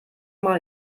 mal